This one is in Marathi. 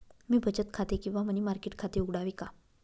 मी बचत खाते किंवा मनी मार्केट खाते उघडावे का?